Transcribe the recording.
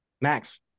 Max